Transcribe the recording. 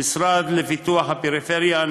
המשרד לפיתוח הפריפריה,